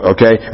Okay